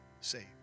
saved